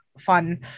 fun